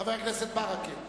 חבר הכנסת ברכה,